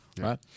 Right